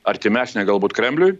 artimesnė galbūt kremliui